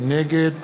נגד